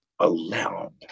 allowed